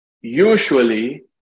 usually